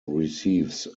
receives